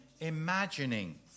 imagining